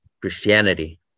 Christianity